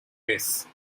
race